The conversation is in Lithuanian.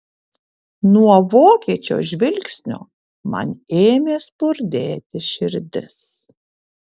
nuo vokiečio žvilgsnio man ėmė spurdėti širdis